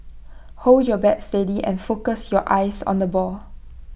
hold your bat steady and focus your eyes on the ball